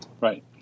Right